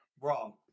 wrong